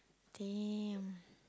damn